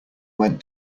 went